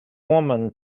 woman